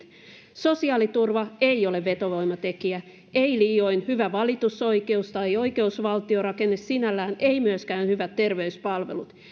sosiaaliturva ei ole vetovoimatekijä ei liioin hyvä valitusoikeus tai oikeusvaltiorakenne sinällään eivät myöskään hyvät terveyspalvelut